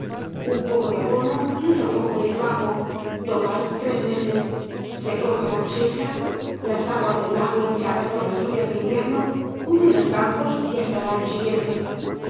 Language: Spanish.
un poco de abono y otro poco de trabajo total tres meees ee coge la cosecha las aguas del lago hinchadas por las lluvias del invierno cubren los campos y hasta el año siguiente